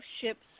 ships